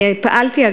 אני פעלתי,